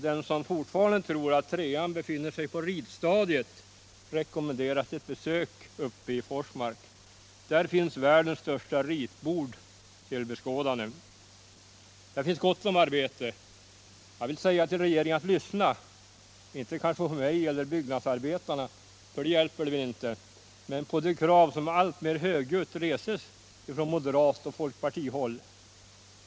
Den som fortfarande tror att trean befinner sig på ritstadiet rekommenderas därför ett besök uppe i Forsmark. Där finns världens största ritbord till beskådande. Där finns gott om arbete. Jag vill råda regeringen att lyssna, kanske inte på mig eller byggnadsarbetarna, för det hjälper väl inte, men på de krav som alltmer högljutt reses ifrån moderatoch folkpartihåll.